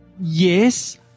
Yes